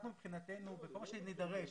אנחנו מבחינתנו בכל מה שיידרש